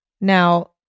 Now